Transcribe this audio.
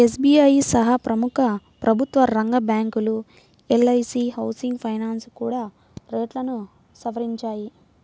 SBI సహా ప్రముఖ ప్రభుత్వరంగ బ్యాంకులు, ఎల్.ఐ.సీ హౌసింగ్ ఫైనాన్స్ కూడా రేట్లను సవరించాయి